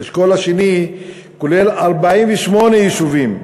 האשכול השני כולל 48 יישובים,